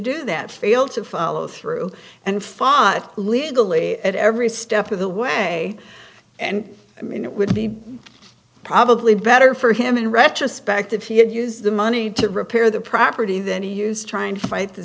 do that failed to follow through and fahed legally at every step of the way and i mean it would be probably better for him in retrospect if he had used the money to repair the property than he used trying to fight the